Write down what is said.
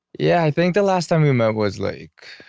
yeah. i think the last time we met was like. ah.